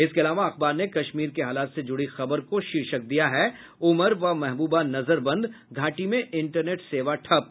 इसके अलावा अखबार ने कश्मीर के हालात से जूड़ी खबर को शीर्षक दिया है उमर व महबूबा नजरबंद घाटी में इंटरनेट सेवा ठप